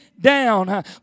down